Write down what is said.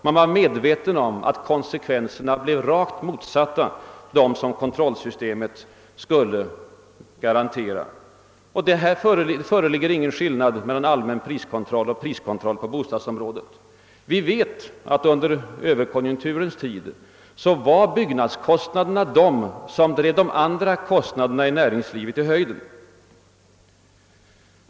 Man var medveten om att konsekvenserna blev rakt motsatta dem som kontrollsystemet skulle garantera. Det föreligger ingen skillnad mellan allmän priskontroll och priskontroll på bostadsområdet. Vi vet att det under överkonjunkturens tid var byggnadskostna derna som drev de andra kostnaderna i näringslivet i höjden.